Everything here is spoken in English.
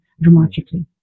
dramatically